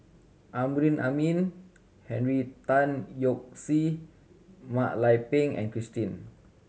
Amrin Amin Henry Tan Yoke See Mak Lai Peng and Christine